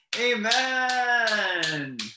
Amen